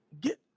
get